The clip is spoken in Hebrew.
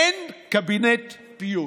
אין קבינט פיוס.